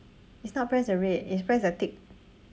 it's not press the red it's press the tick